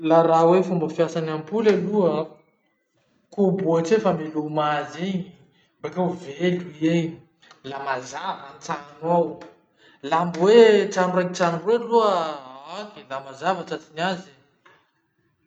La raha hoe fomba fiasan'ampoly aloha, koboha tse fameloma azy iny, bakeo velo i egny. La mazava antrano ao. La mbo hoe trano raiky trano roa aloha ah le laha mazava tratsin'ny azy.